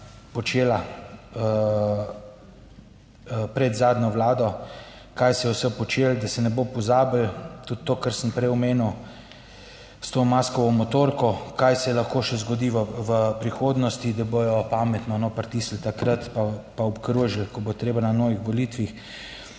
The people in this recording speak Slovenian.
počela. Pred zadnjo vlado, kaj se je vse počelo, da se ne bo pozabilo tudi to, kar sem prej omenil, s to Maskovo motorko. Kaj se lahko še zgodi v prihodnosti, da bodo pametno, no, pritisnili takrat, pa obkrožili, ko bo treba, na novih volitvah.